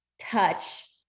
touch